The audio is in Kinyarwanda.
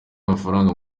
mafaranga